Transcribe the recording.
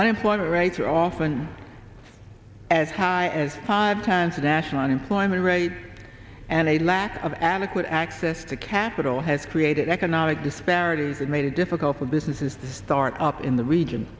unemployment rate are often as high as five times the national unemployment rate and a lack of adequate access to capital has created economic disparities that made it difficult for businesses to start up in the region